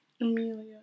Amelia